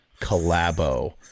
collabo